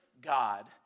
God